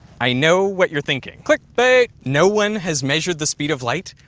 i know what you're thinking. clickbait! no one has measured the speed of light,